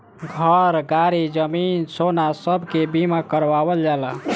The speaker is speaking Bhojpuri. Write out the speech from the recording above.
घर, गाड़ी, जमीन, सोना सब के बीमा करावल जाला